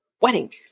wedding